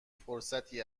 فرصتی